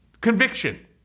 conviction